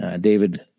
David